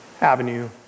Avenue